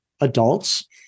adults